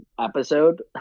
episode